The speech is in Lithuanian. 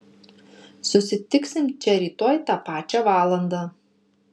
susitiksim čia rytoj tą pačią valandą